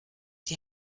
die